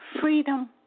freedom